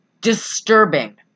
disturbing